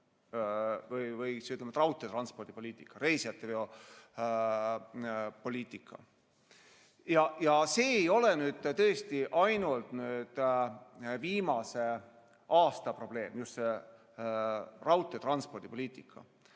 et raudteetranspordi poliitika, reisijateveo poliitika. See ei ole tõesti ainult viimase aasta probleem, just see raudteetranspordi poliitika.